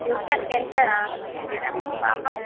ట్యూషన్కి వెళ్తుందా మేడం మీ పాప